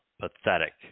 pathetic